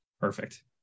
perfect